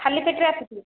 ଖାଲି ପେଟରେ ଆସିଥିବେ